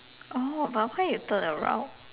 oh but why you turn around